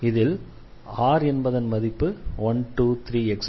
இதில் r என்பதன் மதிப்பு 1 2 3